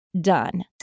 done